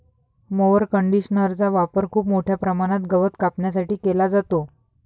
mower कंडिशनरचा वापर खूप मोठ्या प्रमाणात गवत कापण्यासाठी केला जातो